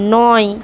নয়